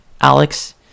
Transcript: Alex